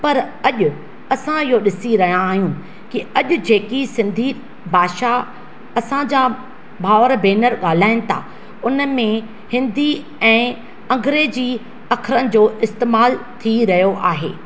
पर अॼु असां इहो ॾिसी रहिया आहियूं कि अॼु जेकी सिंधी भाषा असांजा भाउर भेनर ॻाल्हाइनि था हुन में हिंदी ऐं अंग्रेजी अखरनि जो इस्तेमालु थी रहियो आहे